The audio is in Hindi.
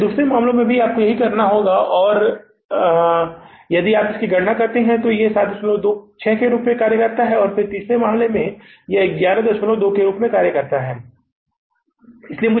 फिर दूसरे मामले में भी आपको यह करना होगा और यदि आप इसकी गणना करते हैं तो यह 76 के रूप में काम करता है और फिर तीसरे मामले में यह 1120 के रूप में काम करता है तीसरे मामले में यह 1120 के रूप में काम करता है